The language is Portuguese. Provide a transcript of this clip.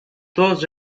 todas